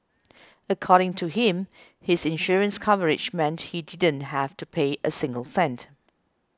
according to him his insurance coverage meant he didn't have to pay a single cent